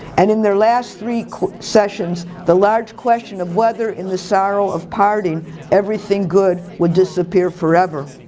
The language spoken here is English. and in their last three sessions, the large question of whether in the sorrow of parting everything good would disappear forever.